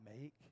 make